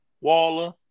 Waller